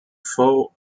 foe